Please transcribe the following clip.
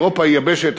אירופה היא יבשת,